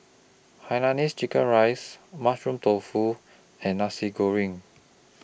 Hainanese Chicken Rice Mushroom Tofu and Nasi Goreng